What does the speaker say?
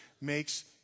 makes